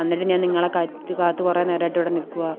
അന്നേരം ഞാൻ നിങ്ങളെ കാത്ത് കാത്ത് കുറേ നേരമായിട്ട് ഇവിടെ നിൽക്കുവാണ്